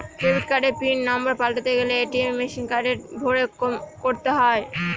debit কার্ডের pin number পাল্টাতে গেলে এ.টি.এম মেশিনে কার্ড ভোরে করতে হয়